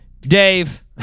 Dave